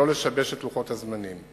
ולא לשבש את לוחות הזמנים.